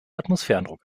atmosphärendruck